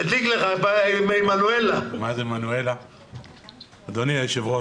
אדוני היושב-ראש,